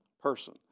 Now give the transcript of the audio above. person